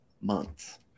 months